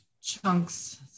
chunks